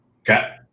Okay